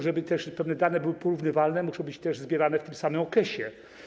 Żeby pewne dane były porównywalne, muszą być też zbierane w tym samym okresie.